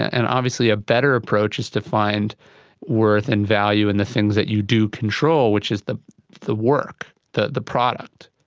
and obviously a better approach is to find worth and value in the things that you do control, which is the the work, the the product.